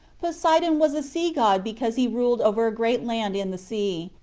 poseidon was a sea-god because he ruled over a great land in the sea,